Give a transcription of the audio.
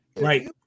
right